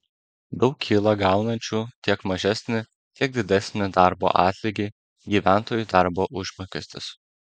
daug kyla gaunančių tiek mažesnį tiek didesnį darbo atlygį gyventojų darbo užmokestis